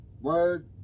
word